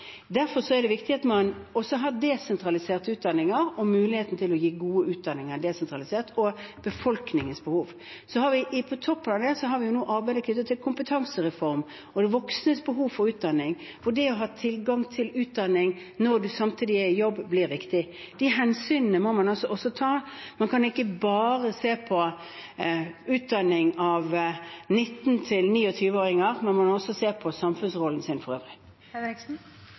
viktig at man også har desentraliserte utdanninger og muligheten til å gi gode utdanninger desentralisert, og dekke befolkningens behov. På toppen av det har vi nå arbeidet knyttet til kompetansereform og de voksnes behov for utdanning, for det å ha tilgang til utdanning når en samtidig er i jobb, blir viktig. De hensynene må man også ta. Man kan ikke bare se på utdanning av 19–29-åringer, man må også se på samfunnsrollen sin for